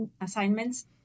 assignments